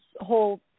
whole